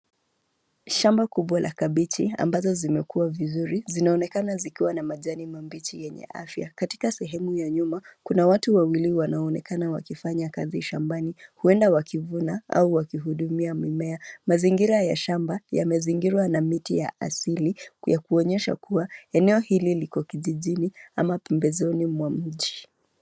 Shamba kubwa la kabeji ambazo zimekuwa vizuri. Zinaonekana zikiwa na majani mabichi yenye afya. Katika sehemu ya nyuma, kuna watu wawili wanaonekana wakifanya kazi shambani; huenda wakivuna au wakihudumia mimea. Mazingira ya shamba yamezingirwa na miti ya asili ya kuonyesha kuwa eneo hili liko kijijini au pembezoni mwa mji.